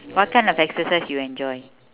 what kind of exercise you enjoy